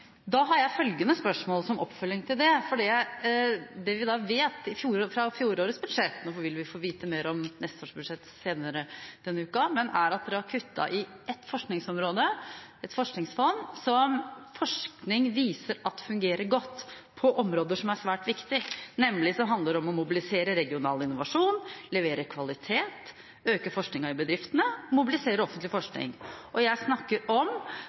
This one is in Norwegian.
Da har jeg følgende spørsmål som oppfølging til det: Det vi vet fra fjorårets budsjett – nå vil vi få vite mer om neste års budsjett senere denne uka – er at man har kuttet i ett forskningsområde, et forskningsfond som forskning viser at fungerer godt på områder som er svært viktige, nemlig det som handler om å mobilisere regional innovasjon, levere kvalitet, øke forskningen i bedriftene og mobilisere offentlig forskning – og jeg snakker om